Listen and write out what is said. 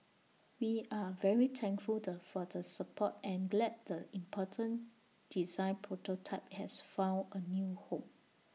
we are very thankful the for the support and glad the importance design prototype has found A new home